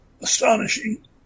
astonishing